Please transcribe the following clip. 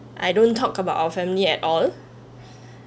I don't talk about our family at all